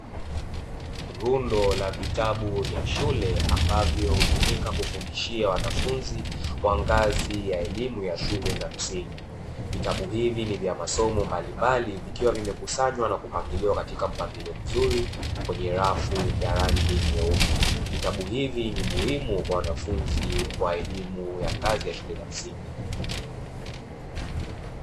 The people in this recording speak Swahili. Rundo la vitabu vya shule ambavyo hutumika kufundishia wanafunzi wa ngazi ya elimu ya shule za msingi. Vitabu hivi ni vya masomo mbalimbali vikiwa vimekusanywa na kupangiliwa katika mpangilio mzuri, kwenye rafu ya rangi nyeupe. Vitabu hivi ni muhimu kwa wanafunzi wa elimu ya ngazi ya shule za msingi.